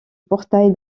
portail